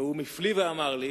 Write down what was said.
והוא הפליא ואמר לי: